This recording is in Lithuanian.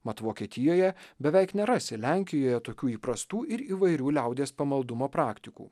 mat vokietijoje beveik nerasi lenkijoje tokių įprastų ir įvairių liaudies pamaldumo praktikų